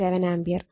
167 ampere